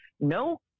No